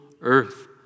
earth